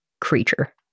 creature